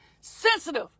sensitive